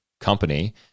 company